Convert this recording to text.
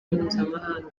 mpuzamahanga